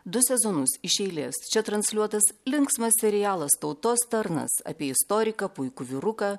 du sezonus iš eilės čia transliuotas linksmas serialas tautos tarnas apie istoriką puikų vyruką